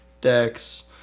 decks